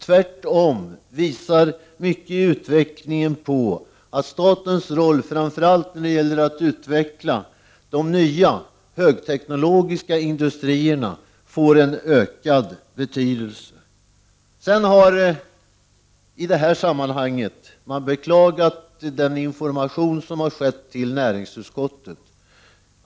Tvärtom visar mycket av utvecklingen på att statens roll, framför allt när det gäller att utveckla de nya högteknologiska industrierna, får en ökad betydelse. Man har i detta sammanhang beklagat att näringsutskottet inte fått någon information.